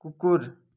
कुकुर